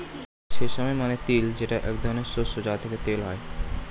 sesame মানে তিল যেটা এক ধরনের শস্য যা থেকে তেল হয়